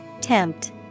tempt